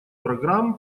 программ